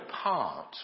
apart